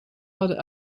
hadden